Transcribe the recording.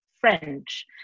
French